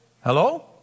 Hello